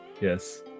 yes